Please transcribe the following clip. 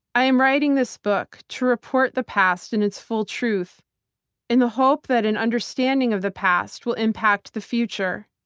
i am writing this book to report the past in its full truth in a hope that an understanding of the past will impact the future.